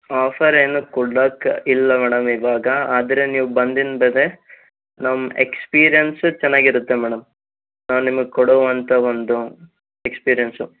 offer ಏನೂ ಕೊಡಕ್ಕೆ ಇಲ್ಲ ಮೇಡಮ್ ಇವಾಗ ಆದರೆ ನೀವು ಬಂದಿಂದು ನಮ್ಮ ಎಕ್ಸ್ಪೀರ್ಯನ್ಸ ಚೆನ್ನಾಗಿರುತ್ತೆ ಮೇಡಮ್ ನಾವು ನಿಮಗೆ ಕೊಡುವಂಥ ಒಂದು ಎಕ್ಸ್ಪೀರ್ಯನ್ಸು